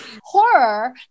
horror